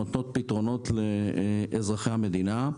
שנותנות פתרונות לאזרחי המדינה.